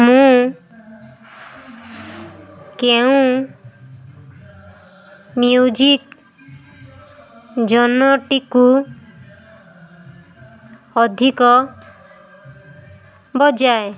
ମୁଁ କେଉଁ ମ୍ୟୁଜିକ୍ ଜନର୍ଟିକୁ ଅଧିକ ବଜାଏ